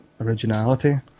originality